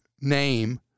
name